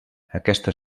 aquesta